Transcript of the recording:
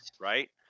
right